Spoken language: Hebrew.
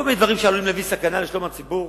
כל מיני דברים שעלולים להביא סכנה לשלום הציבור,